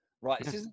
Right